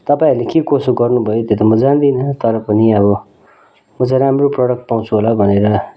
तपाईँहरूले के कसो गर्नु भयो त्यो त म जान्दिनँ तर पनि अब म चाहिँ राम्रो प्रोडक्ट पाउँछु होला भनेर